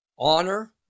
Honor